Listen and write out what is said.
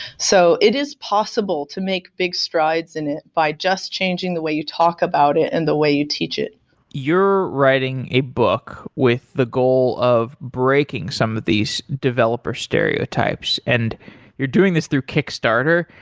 so it is possible to make big strides in it by just changing the way you talk about it and the way you teach it you're writing a book with the goal of breaking some of these developer stereotypes. and you're you're doing this through kickstarter.